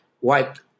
wiped